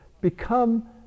become